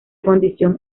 condición